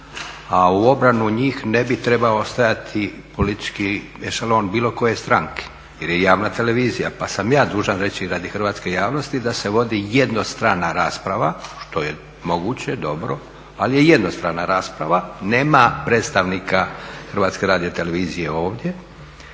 A u obrani njih ne bi trebao stajati politički ešalon bilo koje stranke jer je javna televizija. Pa sam ja dužan reći radi hrvatske javnosti da se vodi jednostrana rasprava što je moguće, dobro, ali je jednostrana rasprava, nema predstavnika HRT-a ovdje,